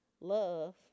love